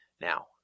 Now